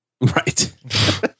Right